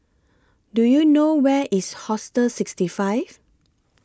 Do YOU know Where IS Hostel sixty five